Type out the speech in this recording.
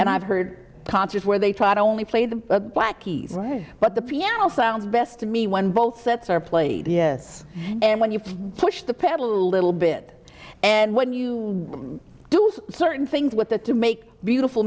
and i've heard concerts where they try to only play the black keys but the piano sounds best to me when both sets are played yes and when you push the pedal a little bit and when you do certain things with the to make beautiful